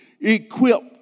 Equipped